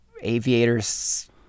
aviators